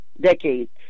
decades